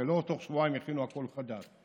הרי לא תוך שבועיים הכינו הכול חדש,